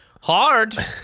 hard